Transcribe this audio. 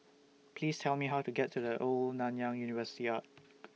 Please Tell Me How to get to The Old Nanyang University Arch